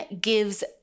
gives